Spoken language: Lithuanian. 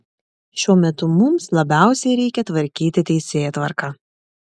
šiuo metu mums labiausiai reikia tvarkyti teisėtvarką